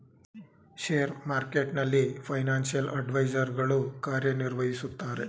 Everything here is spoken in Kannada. ಶೇರ್ ಮಾರ್ಕೆಟ್ನಲ್ಲಿ ಫೈನಾನ್ಸಿಯಲ್ ಅಡ್ವೈಸರ್ ಗಳು ಕಾರ್ಯ ನಿರ್ವಹಿಸುತ್ತಾರೆ